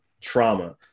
trauma